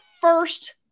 first